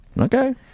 Okay